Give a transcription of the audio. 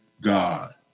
God